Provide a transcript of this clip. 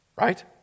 right